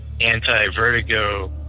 anti-vertigo